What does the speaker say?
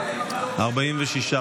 הסתייגות 146 לחלופין ב לא נתקבלה.